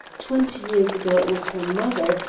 twenty years ago it was her mother,